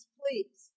please